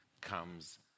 comes